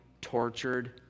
tortured